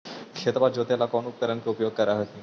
खेतबा जोते ला कौन उपकरण के उपयोग कर हखिन?